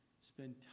spend